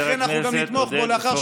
חבר הכנסת פורר,